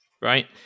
right